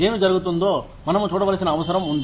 ఏమి జరుగుతుందో మనము చూడవలసిన అవసరం ఉంది